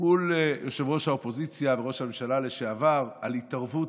מול ראש האופוזיציה וראש הממשלה לשעבר על התערבות